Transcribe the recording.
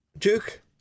Duke